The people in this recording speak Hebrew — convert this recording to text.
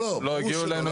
לא הגיעו אלינו.